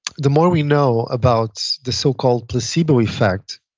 the more we know about the so-called placebo effect,